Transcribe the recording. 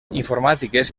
informàtiques